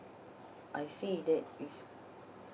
I see that is